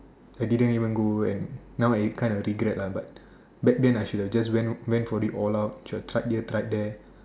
I didn't even go and now I kind of regret lah but back then I should have just went for it all out should have tried here tried there